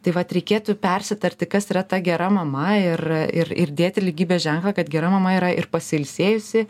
tai vat reikėtų persitarti kas yra ta gera mama ir ir ir dėti lygybės ženklą kad gera mama yra ir pasiilsėjusi